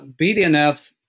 BDNF